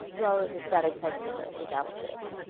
flow is a static type checker for javascript,